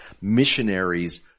missionaries